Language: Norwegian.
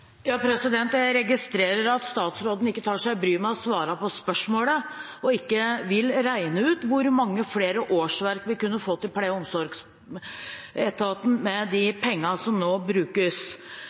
Jeg registrerer at statsråden ikke tar seg bryet med å svare på spørsmålet og ikke vil regne ut hvor mange flere årsverk vi kunne fått i pleie- og omsorgsetaten med de pengene som nå brukes.